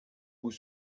goût